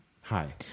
Hi